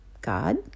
God